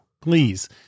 Please